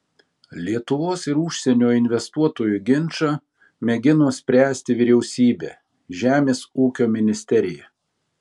lietuvos ir užsienio investuotojų ginčą mėgino spręsti vyriausybė žemės ūkio ministerija